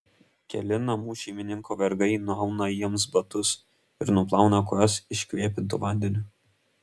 keli namų šeimininko vergai nuauna jiems batus ir nuplauna kojas iškvėpintu vandeniu